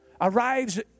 arrives